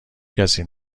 کسی